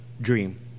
dream